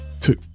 two